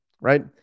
right